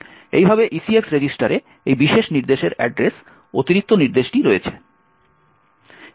এইভাবে ECX রেজিস্টারে এই বিশেষ নির্দেশের অ্যাড্রেস অতিরিক্ত নির্দেশটি রয়েছে